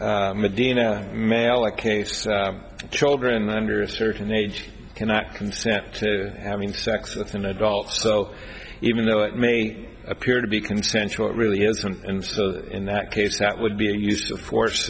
the medina male a case of children under a certain age cannot consent to having sex with an adult so even though it may appear to be consensual it really isn't and so in that case that would be a use of force